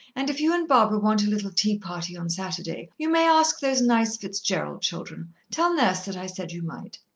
and if you and barbara want a little tea-party on saturday, you may ask those nice fitzgerald children. tell nurse that i said you might.